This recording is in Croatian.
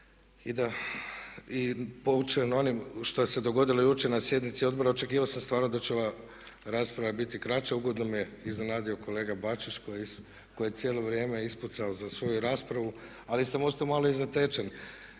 i poučen onim što se dogodilo jučer na sjednici odbora očekivao sam stvarno da će ova rasprava biti kraća. Ugodno me iznenadio kolega Bačić koji je cijelo vrijeme ispucao za svoju raspravu. Ali sam ostao malo i zatečen